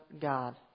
God